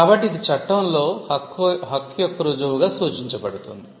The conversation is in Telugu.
కాబట్టి ఇది చట్టంలో హక్కు యొక్క రుజువుగా సూచించబడుతుంది